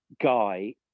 guy